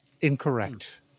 Incorrect